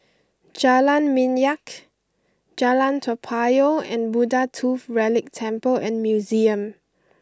Jalan Minyak Jalan Toa Payoh and Buddha Tooth Relic Temple and Museum